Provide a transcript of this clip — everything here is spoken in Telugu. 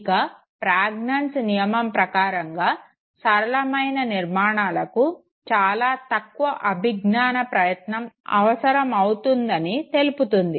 ఇక ప్రజ్ఞాంజ్ నియమం ప్రకారంగా సరళమైన నిర్మాణాలకు చాలా తక్కువ అభిజ్ఞాన ప్రయత్నం అవసరమవుతుందని తెలుపుతుంది